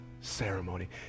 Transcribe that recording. ceremony